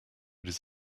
does